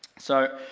so,